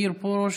מאיר פרוש,